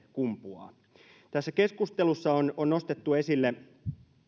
kumpuaa tässä keskustelussa on on nostettu esille